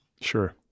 Sure